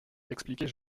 expliquait